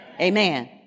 Amen